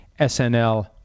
SNL